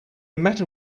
matter